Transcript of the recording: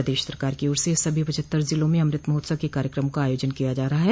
प्रदेश सरकार की ओर से सभी पचहत्तर ज़िलों में भी अमृत महोत्सव के कार्यकमों का आयोजन किया जा रहा है